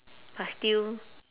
but still